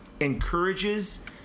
encourages